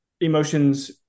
emotions